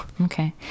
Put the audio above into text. Okay